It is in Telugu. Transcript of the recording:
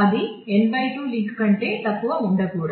అది n 2 లింక్ కంటే తక్కువ ఉండకూడదు